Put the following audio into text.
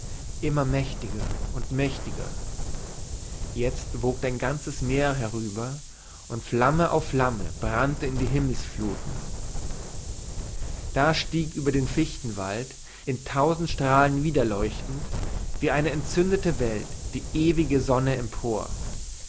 immer mächtiger und mächtiger jetzt wogte ein ganzes meer herüber und flamme auf flamme brannte in die himmelsfluthen da stieg über den fichtenwald in tausend strahlen wiederleuchtend wie eine entzündete welt die ewige sonne empor